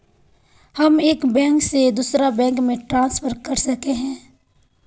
हम एक बैंक से दूसरा बैंक में ट्रांसफर कर सके हिये?